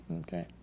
Okay